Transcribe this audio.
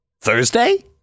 Thursday